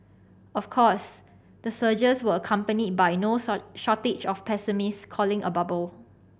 of course the surges were accompanied by no shortage of pessimists calling a bubble